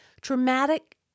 Traumatic